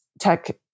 tech